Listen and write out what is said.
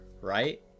right